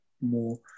more